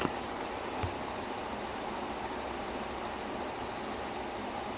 trailer came out two or three years back but we are still waiting for the main picture